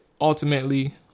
ultimately